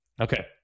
okay